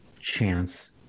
chance